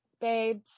babe